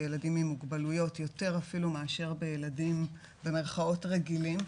בילדים עם מונגוליות יותר אפילו מאשר בילדים במירכאות רגילים,